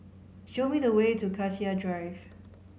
show me the way to Cassia Drive